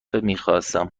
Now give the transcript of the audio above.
میخواستم